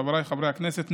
חבריי חברי הכנסת,